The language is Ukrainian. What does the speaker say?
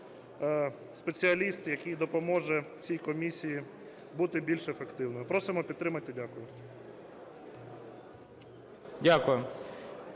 спеціаліст, який допоможе цій комісії бути більш ефективною. Просимо підтримати. Дякую.